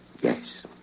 Yes